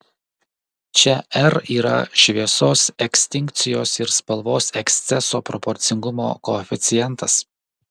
čia r yra šviesos ekstinkcijos ir spalvos eksceso proporcingumo koeficientas